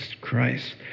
Christ